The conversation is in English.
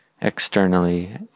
externally